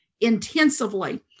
intensively